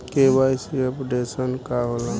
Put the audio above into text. KYC updation का होला?